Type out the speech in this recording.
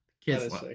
kids